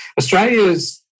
Australia's